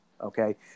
okay